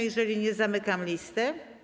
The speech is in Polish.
Jeżeli nie, to zamykam listę.